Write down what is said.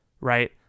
right